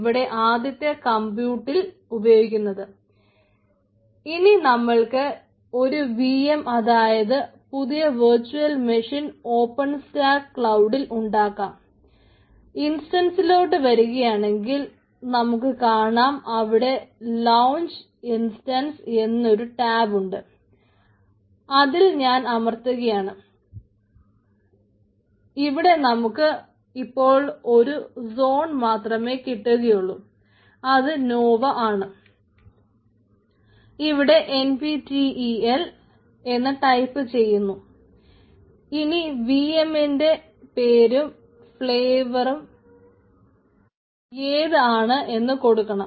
ഇവിടെ NPTEL എന്ന് type ചെയ്യുന്നു ഇനി വി എം മിന്റെ പേരും ഫ്ളേവറും എത് ആണെന്നു കൊടുക്കണം